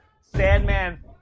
Sandman